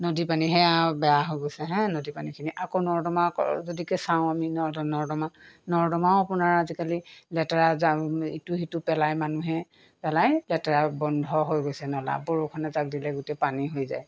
নদী পানী সেয়া বেয়া হৈ গৈছে হে নদী পানীখিনি আকৌ নৰ্দমা যদিকে চাওঁ আমি নৰ্দমা নৰ্দমাও আপোনাৰ আজিকালি লেতেৰা জা ইটো সিটো পেলাই মানুহে পেলাই লেতেৰা বন্ধ হৈ গৈছে নলা বৰষুণ এযাক দিলে গোটেই পানী হৈ যায়